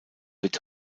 wird